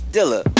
Dilla